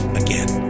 again